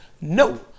No